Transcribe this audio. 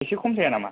एसे खम जाया नामा